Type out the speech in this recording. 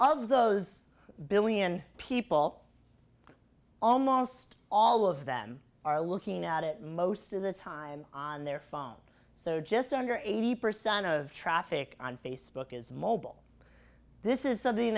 all of those billion people almost all of them are looking at it most of the time on their phone so just under eighty percent of traffic on facebook is mobile this is something